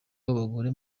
w’abagore